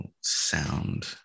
sound